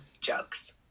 jokes